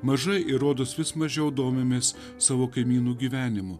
mažai ir rodos vis mažiau domimės savo kaimynų gyvenimu